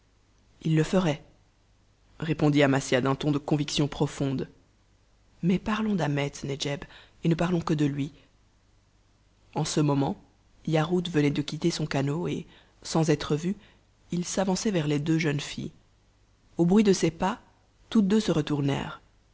il le ferait répondit amasia d'un ton de conviction profonde mais parlons d'ahmet nedjeb et ne parlons que de lui en ce moment yarhud venait de quitter son canot et sans être vu il s'avançait vers les deux jeunes filles au bruit de ses pas toutes deux se